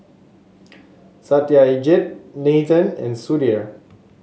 Satyajit Nathan and Sudhir